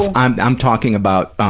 i'm i'm talking about,